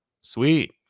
Sweet